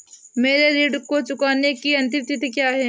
मेरे ऋण को चुकाने की अंतिम तिथि क्या है?